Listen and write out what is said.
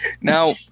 Now